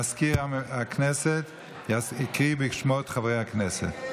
מזכיר הכנסת יקרא בשמות חברי הכנסת.